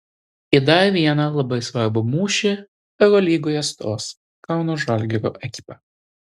į dar vieną labai svarbų mūšį eurolygoje stos kauno žalgirio ekipa